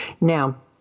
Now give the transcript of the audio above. Now